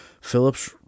Phillips